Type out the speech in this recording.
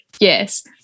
Yes